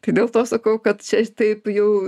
kai dėl to sakau kad čia taip jau